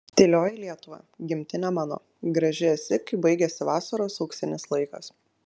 tylioji lietuva gimtine mano graži esi kai baigiasi vasaros auksinis laikas